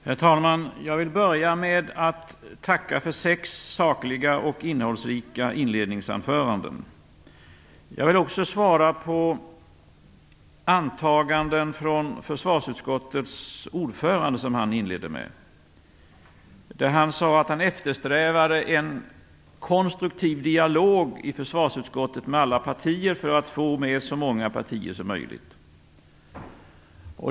Herr talman! Jag vill börja med att tacka för sex sakliga och innehållsrika inledningsanföranden. Jag vill också bemöta de antaganden som försvarsutskottets ordförande förde fram. Han sade att han eftersträvade en konstruktiv dialog med alla partier i försvarsutskottet för att få med så många partier som möjligt.